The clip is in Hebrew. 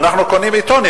אנחנו קונים עיתון,